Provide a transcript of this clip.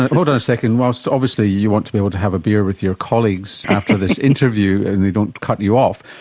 hold on a second, whilst obviously you want to be able to have a beer with your colleagues after this interview and they don't cut you off,